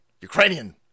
Ukrainian